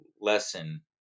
lesson